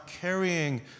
carrying